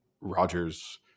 Rogers